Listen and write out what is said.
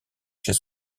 chez